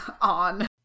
on